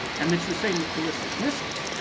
and it's the same with ballistic missiles,